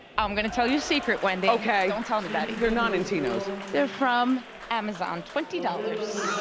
i'm gonna tell you a secret, wendy. okay. don't tell anybody. they're nonentino's. they're from amazon. twenty dollars.